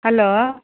hello